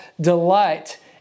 delight